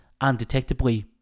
undetectably